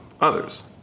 others